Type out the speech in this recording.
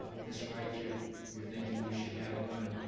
ah miss wright, you're you're thinking we should have one,